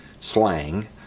slang